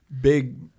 big